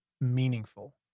meaningful